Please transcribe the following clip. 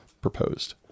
proposed